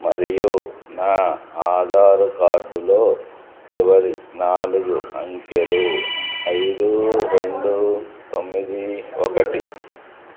మరియు నా ఆధారుకార్డులో చివరి నాలుగు అంకెలు ఐదు రెండు తొమ్మిది ఒకటి